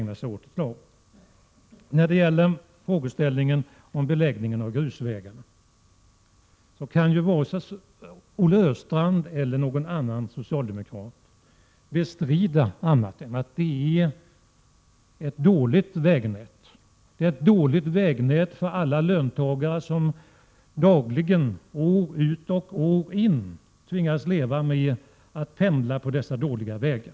När det gäller beläggningen av grusvägarna kan väl varken Olle Östrand eller någon annan socialdemokrat bestrida att vägnätet är dåligt. Det är dåligt för alla löntagare som dagligen, år ut och år in, tvingas pendla på dessa dåliga vägar.